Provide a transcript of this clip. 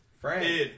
Frank